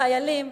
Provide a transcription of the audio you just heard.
לחיילים,